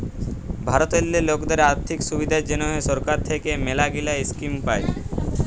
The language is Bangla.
ভারতেল্লে লকদের আথ্থিক সুবিধার জ্যনহে সরকার থ্যাইকে ম্যালাগিলা ইস্কিম পায়